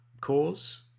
cause